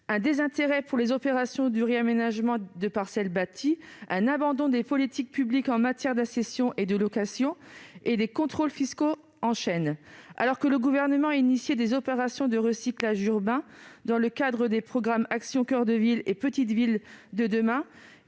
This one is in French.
un désintérêt pour les opérations de réaménagement de parcelles bâties, un abandon des politiques publiques en matière d'accession à la propriété et de location, et des contrôles fiscaux en chaîne. Alors que le Gouvernement a lancé des opérations de recyclage urbain dans le cadre des programmes Action coeur de ville et Petites villes de demain,